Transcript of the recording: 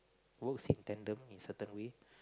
works in tandem in certain way